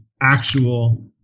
actual